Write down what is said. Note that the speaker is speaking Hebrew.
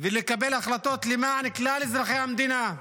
ולקבל החלטות למען כלל אזרחי המדינה,